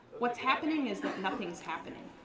what's happening is that nothing is happening.